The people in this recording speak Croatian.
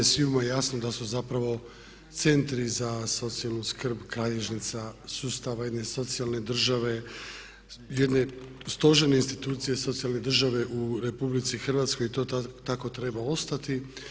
Svima je jasno da su zapravo centri za socijalnu skrb kralježnica sustava jedne socijalne države, jedne stožerne institucije socijalne države u Republici Hrvatskoj i to tako treba ostati.